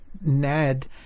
Ned